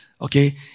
okay